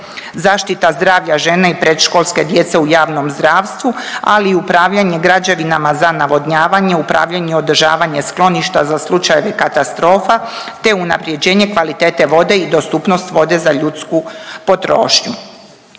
zaštiti zdravlja žene i predškolske djece u javnom zdravstvu, ali i upravljanje građevinama za navodnjavanje, upravljanje i održavanje skloništa za slučajeve katastrofa te unapređenje kvalitete vode i dostupnost vode za ljudsku potrošnju.